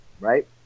right